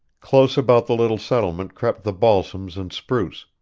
close about the little settlement crept the balsams and spruce,